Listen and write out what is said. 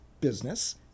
business